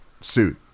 suit